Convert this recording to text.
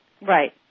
Right